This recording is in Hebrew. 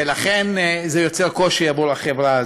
ולכן זה יוצר קושי עבור החברה הזאת.